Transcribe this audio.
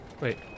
Wait